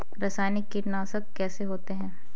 रासायनिक कीटनाशक कैसे होते हैं?